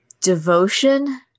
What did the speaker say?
devotion